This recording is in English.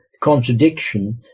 contradiction